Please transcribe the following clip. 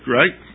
right